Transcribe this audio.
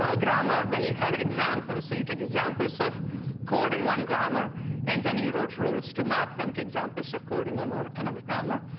ah grammar, then you had examples. so you take examples of code in one grammar and then you you wrote rules to map them to examples of code in another another grammar.